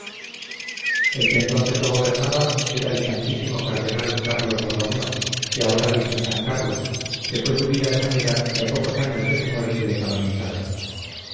el que entonces lo gobernaba era el santísimo cardenal carlos borromeo que ahora dicen san carlos que fue su vida de manera que a pocos anos de su muerte le canonizaron